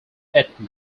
etna